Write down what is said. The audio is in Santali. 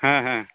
ᱦᱮᱸ ᱦᱮᱸ